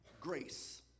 grace